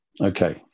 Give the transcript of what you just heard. okay